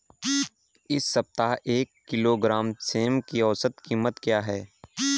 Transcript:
इस सप्ताह एक किलोग्राम सेम की औसत कीमत क्या है?